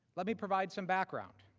let me provide some background.